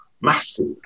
massive